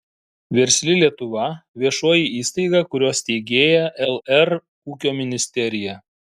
versli lietuva viešoji įstaiga kurios steigėja lr ūkio ministerija